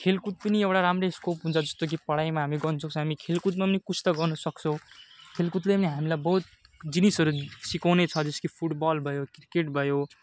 खेलकुद पनि एउटा राम्रो स्कोप हुन्छ जस्तो कि पढाइमा हामी गर्न सक्छौँ हामी खेलकुदमा पनि कुछ त गर्न सक्छौँ खेलकुदले पनि हामीलाई बहुत जिनिसहरू सिकाउने छ जस्तो कि फुट बल भयो क्रिकेट भयो